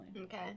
Okay